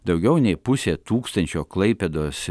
daugiau nei pusė tūkstančio klaipėdos